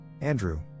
Andrew